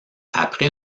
après